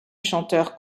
chanteur